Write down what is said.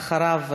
אחריו,